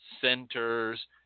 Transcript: centers